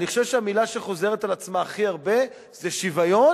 אני חושב שהמלה שחוזרת על עצמה הכי הרבה היא "שוויון"